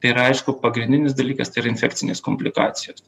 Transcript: tai yra aišku pagrindinis dalykas tai yra infekcinės komplikacijos